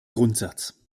grundsatz